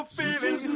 feeling